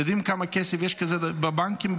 אתם יודעים כמה כסף כזה יש בבנקים,